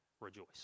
rejoice